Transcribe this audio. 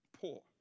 poor